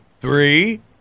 three